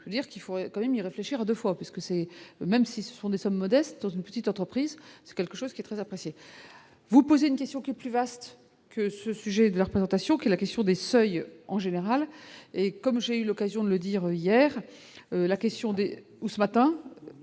dire qu'il faut quand même y réfléchir à 2 fois, parce que c'est, même si ce sont des sommes modestes dans une petite entreprise, ce quelque chose qui est très apprécié, vous posez une question qui est plus vaste que ce sujet de la représentation que la question des seuils en général et comme j'ai eu l'occasion de le dire hier la question D'où ce matin